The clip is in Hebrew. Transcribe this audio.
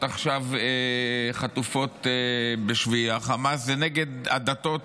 עכשיו חטופות בשבי החמאס זה נגד הדתות,